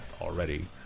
already